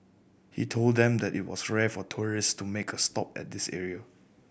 he told them that it was rare for tourists to make a stop at this area